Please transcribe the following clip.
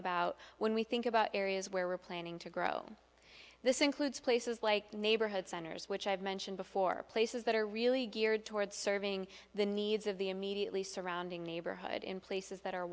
about when we think about areas where we're planning to grow this includes places like neighborhood centers which i've mentioned before places that are really geared toward serving the needs of the immediately surrounding neighborhood in places that are